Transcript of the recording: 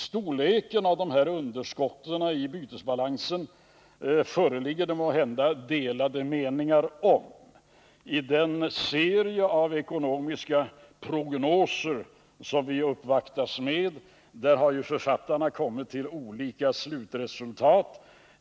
Storleken av dessa underskott i bytesbalansen föreligger det måhända delade meningar om. I den serie av ekonomiska prognoser som vi uppvaktas med har författarna kommit till olika slutresultat.